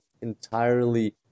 entirely